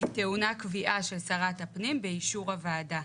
היא טעונה קביעה של שרת הפנים באישור הוועדה.